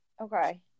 Okay